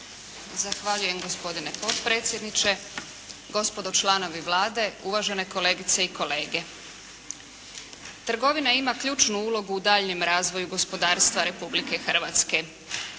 Zahvaljujem gospodine potpredsjedniče, gospodo članovi Vlade, uvažene kolegice i kolege. Trgovina ima ključnu ulogu u daljnjem razvoju gospodarstva Republike Hrvatske.